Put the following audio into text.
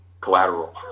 collateral